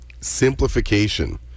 Simplification